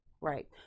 right